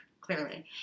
clearly